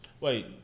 Wait